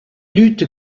lutte